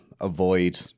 avoid